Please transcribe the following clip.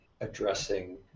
addressing